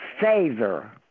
favor